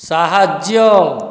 ସାହାଯ୍ୟ